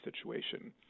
situation